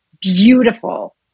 beautiful